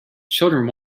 children